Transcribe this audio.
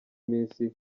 iminsi